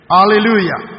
Hallelujah